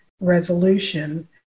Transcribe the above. resolution